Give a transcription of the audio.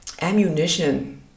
ammunition